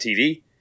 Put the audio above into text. TV